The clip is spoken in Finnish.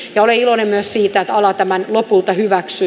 ja olen iloinen myös siitä että ala tämän lopulta hyväksyi